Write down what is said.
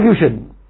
solution